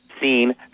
seen